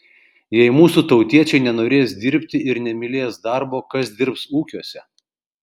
jei mūsų tautiečiai nenorės dirbti ir nemylės darbo kas dirbs ūkiuose